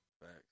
Facts